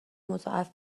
مضاعف